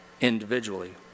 individually